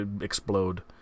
explode